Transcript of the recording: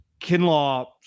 Kinlaw